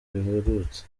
biherutse